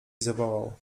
zawołał